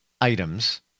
items